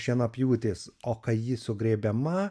šienapjūtės o kai ji sugrėbiama